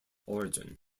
origin